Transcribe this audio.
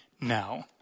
now